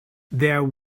there